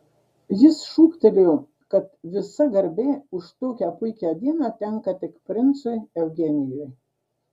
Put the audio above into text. jis šūktelėjo kad visa garbė už tokią puikią dieną tenka tik princui eugenijui